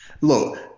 Look